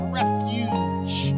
refuge